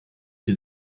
die